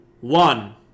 one